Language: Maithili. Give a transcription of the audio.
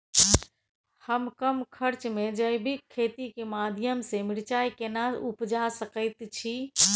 हम कम खर्च में जैविक खेती के माध्यम से मिर्चाय केना उपजा सकेत छी?